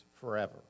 forever